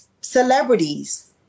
celebrities